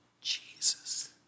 Jesus